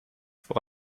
voor